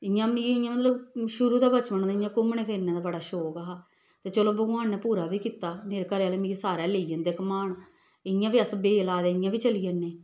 इ'यां मिगी इ'यां मतलब शुरू दा बचपन दा इ'यां घूमने फिरने दा बड़ा शौक हा ते चलो भगवान ने पूरा बी कीता मेरे घरै आह्ले मिगी सारे लेई जंदे घमान इ'यां बी अस बेऽ लाए दे अस इ'यां बी चली जन्ने